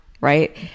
right